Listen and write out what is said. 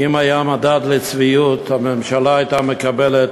כי אם היה מדד לצביעות, הממשלה הייתה מקבלת